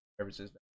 services